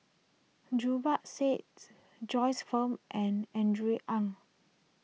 Zubir sits Joyce Fan and Andrew Ang